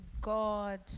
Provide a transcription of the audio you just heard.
God